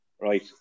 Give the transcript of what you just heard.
Right